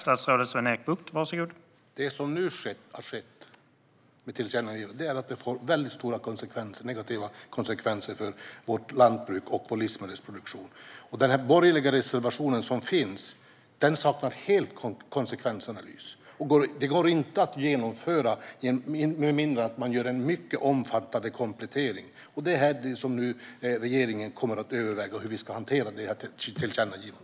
Herr talman! Det som nu sker genom tillkännagivandet är att det blir stora negativa konsekvenser för vårt lantbruk och vår livsmedelsproduktion. Den borgerliga reservation som finns saknar helt konsekvensanalys. Detta går inte att genomföra med mindre än att man gör en mycket omfattande komplettering. Regeringen kommer nu att överväga hur tillkännagivandet ska hanteras.